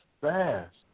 fast